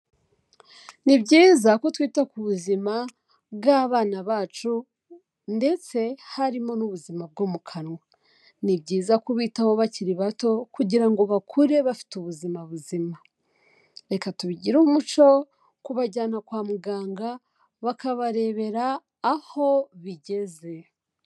Ni byiza ko twita ku buzima bw'abana bacu ndetse harimo n'ubuzima bwo mu kanwa. Ni byiza kubitaho bakiri bato kugira ngo bakure bafite ubuzima buzima. Reka tubigire umuco kubajyana kwa muganga bakabarebera aho bigeze.